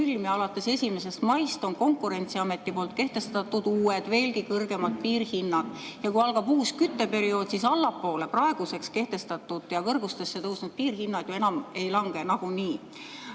ja alates 1. maist on Konkurentsiamet kehtestanud uued, veelgi kõrgemad piirhinnad. Kui algab uus kütteperiood, siis allapoole praeguseks kehtestatud ja kõrgustesse tõusnud piirhinnad ei lange ju nagunii.